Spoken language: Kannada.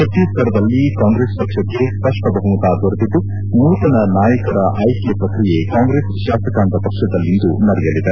ಛತ್ತೀಸ್ಗಢದಲ್ಲಿ ಕಾಂಗ್ರೆಸ್ ಪಕ್ಷಕ್ಕೆ ಸ್ಪಪ್ಟ ಬಹುಮತ ದೊರೆತಿದ್ದು ನೂತನ ನಾಯಕರ ಆಯ್ಕೆ ಪ್ರಕ್ರಿಯೆ ಕಾಂಗ್ರೆಸ್ ಶಾಸಕಾಂಗ ಪಕ್ಸದಲ್ಲಿಂದು ನಡೆಯಲಿದೆ